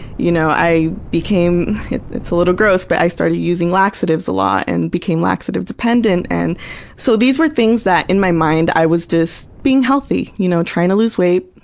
you know i became it's a little gross, but i started using laxatives a lot and became laxative dependent. and so these were things that, in my mind, i was just being healthy, you know trying to lose weight,